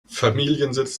familiensitz